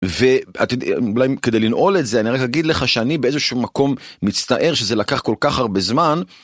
וכדי לנעול את זה אני רק אגיד לך שאני באיזשהו מקום מצטער שזה לקח כל כך הרבה זמן.